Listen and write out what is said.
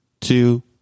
two